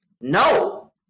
no